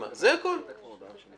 אני לא רוצה להיכנס למהות.